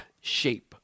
shape